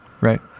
Right